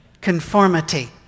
conformity